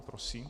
Prosím.